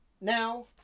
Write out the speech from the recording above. now